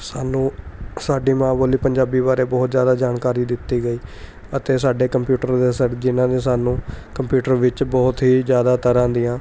ਸਾਨੂੰ ਸਾਡੀ ਮਾਂ ਬੋਲੀ ਪੰਜਾਬੀ ਬਾਰੇ ਬਹੁਤ ਜ਼ਿਆਦਾ ਜਾਣਕਾਰੀ ਦਿੱਤੀ ਗਈ ਅਤੇ ਸਾਡੇ ਕੰਪਿਊਟਰ ਦੇ ਸਰ ਜਿਹਨਾਂ ਨੇ ਸਾਨੂੰ ਕੰਪਿਊਟਰ ਵਿੱਚ ਬਹੁਤ ਹੀ ਜ਼ਿਆਦਾ ਤਰ੍ਹਾਂ ਦੀਆਂ